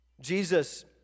Jesus